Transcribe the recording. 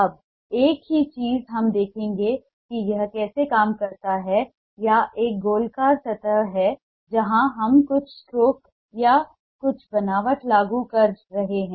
अब एक ही चीज हम देखेंगे कि यह कैसे काम करता है या एक गोलाकार सतह है जहां हम कुछ स्ट्रोक या कुछ बनावट लागू कर रहे हैं